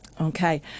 Okay